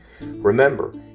Remember